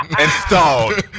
Installed